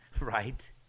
Right